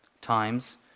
times